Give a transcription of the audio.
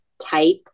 type